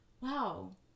wow